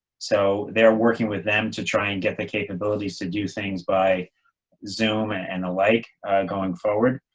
so they're working with them to try and get the capabilities to do things by zoom and and the like going forward.